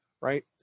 right